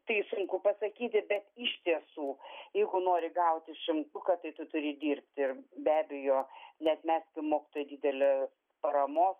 tai sunku pasakyti bet iš tiesų jeigu nori gauti šimtuką tai tu turi dirbti ir be abejo neatmesti mokytojo didelė paramos